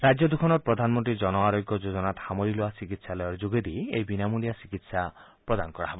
ৰাজ্য দুখনত প্ৰধানমন্ত্ৰী জন আৰোগ্য যোজনাত সামৰি লোৱা চিকিৎসালয়ৰ যোগেদি এই বিনামূলীয়া চিকিৎসা প্ৰদান কৰা হ'ব